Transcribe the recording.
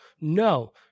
no